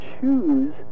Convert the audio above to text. choose